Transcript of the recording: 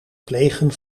plegen